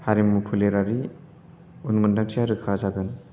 हारिमु फोलेरारि उनमोन्थांथिया रैखा जागोन